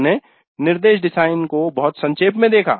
हमने निर्देश डिजाइन को बहुत संक्षेप में देखा